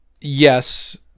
yes